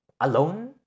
alone